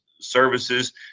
Services